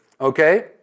Okay